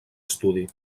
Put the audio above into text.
estudi